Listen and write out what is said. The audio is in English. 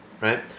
right